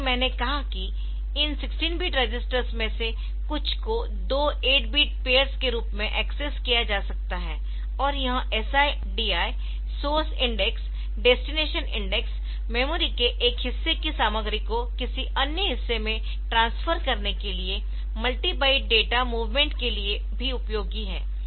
जैसा कि मैंने कहा कि इन 16 बिट रजिस्टर्स में से कुछ को दो 8 बिट पेयर्स के रूप में एक्सेस किया जा सकता है और यह SI DI source index destination index memory के एक हिस्से की सामग्री को किसी अन्य हिस्से में ट्रांसफर करने के लिए मल्टी बाइट डेटा मूवमेंट के लिए भी उपयोगी है